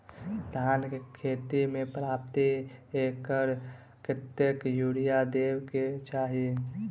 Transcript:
धान केँ खेती मे प्रति एकड़ कतेक यूरिया देब केँ चाहि?